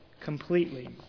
completely